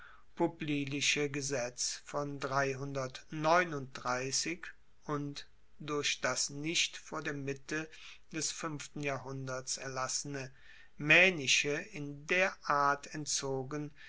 publilische gesetz von und durch das nicht vor der mitte des fuenften jahrhunderts erlassene maenische in der art entzogen